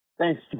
Thanks